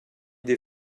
des